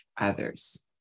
others